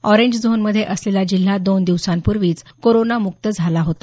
orange झोनमध्ये असलेला जिल्हा दोन दिवसांपूर्वीच कोरोनामुक्त झाला होता